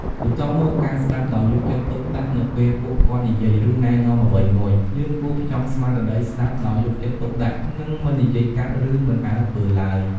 បន្ទាប់មក ការស្ដាប់ដោយយកចិត្តទុកដាក់នៅពេលពួកគាត់និយាយ ឬណែនាំអ្វីមួយ យើងគួរផ្ចង់ស្មារតីស្ដាប់ដោយយកចិត្តទុកដាក់ និងមិននិយាយកាត់ ឬមិនអើពើទ្បើយ។